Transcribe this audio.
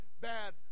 bad